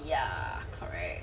ya correct